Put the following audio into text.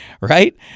right